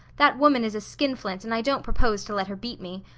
that woman is a skin-flint and i don't propose to let her beat me.